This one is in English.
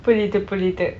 புரியுது:puriythu